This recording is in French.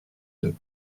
deux